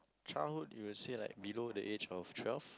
childhood you will say like below the age of twelve